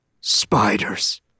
spiders